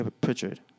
Pritchard